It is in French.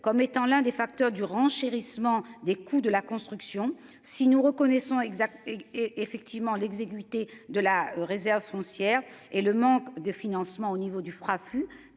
comme étant l'un des facteurs du renchérissement des coûts de la construction. Si nous reconnaissons exact et effectivement l'exiguïté de la réserve foncière et le manque de financement au niveau du froid